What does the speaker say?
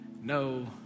no